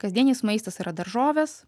kasdienis maistas yra daržovės